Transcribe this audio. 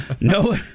No